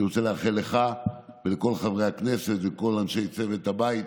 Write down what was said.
אני רוצה לאחל לך ולכל חברי הכנסת ולכל אנשי צוות הבית,